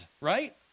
right